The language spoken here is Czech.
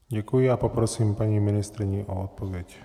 Děkuji a poprosím paní ministryni o odpověď.